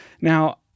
Now